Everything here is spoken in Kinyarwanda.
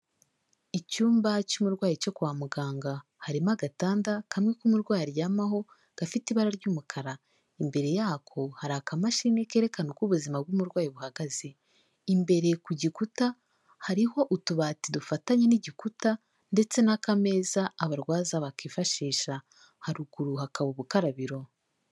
Icyumba cy'umurwayi cyo kwa muganga, harimo agatanda kamwe k'umurwayi aryamaho gafite ibara ry'umukara, imbere yako hari akamashini kerekana uko ubuzima bw'umurwayi buhagaze, imbere ku gikuta hariho utubati dufatanye n'igikuta ndetse n'akameza abarwaza bakwifashisha; haruguru hakaba ubukarabiro.